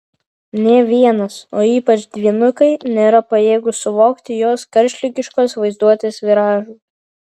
nė vienas o ypač dvynukai nėra pajėgūs suvokti jos karštligiškos vaizduotės viražų